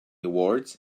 awards